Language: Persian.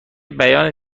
بیان